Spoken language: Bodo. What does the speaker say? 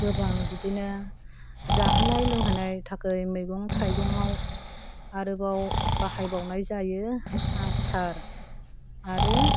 गोबां बिदिनो जाहोनाय लोंहोनाय थाखै मैगं थाइगंआव आरोबाव बाहायबावनाय जायो आसार आरो